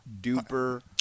duper